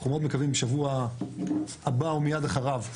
אנחנו מאוד מקווים בשבוע הבא או מיד אחריו,